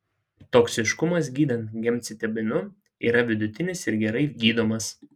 toksiškumas gydant gemcitabinu yra vidutinis ir gerai gydomas